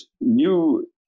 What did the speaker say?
new